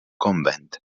convent